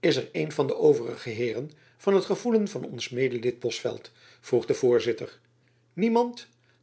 is er een van de overige heeren van het gevoelen van ons medelid bosveldt vroeg de voorzitter niemand